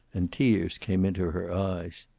and tears came into her eyes.